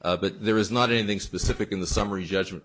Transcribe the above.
but there is not in thing specific in the summary judgment